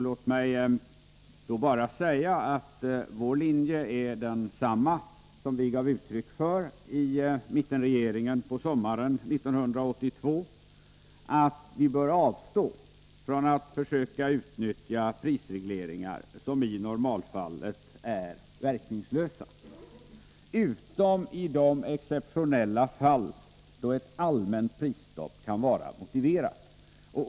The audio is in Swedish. Låt mig bara säga att vår linje är densamma som den vi gav uttryck för i mittenregeringen på sommaren 1982, nämligen att man bör avstå från att försöka utnyttja prisregleringar — som i normalfallet är verkningslösa — utom i de exceptionella fall då ett allmänt prisstopp kan vara motiverat.